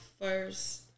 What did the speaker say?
first